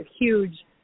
huge